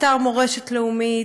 אתר מורשת לאומי.